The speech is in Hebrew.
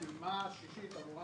הפעימה השישית אמורה